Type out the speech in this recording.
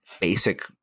basic